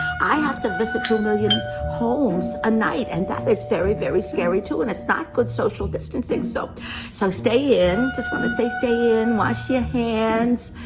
i have to visit two million homes a night and that is very, very scary too, and it's not good social distancing. so so stay in, just wanna say stay in, wash your hands,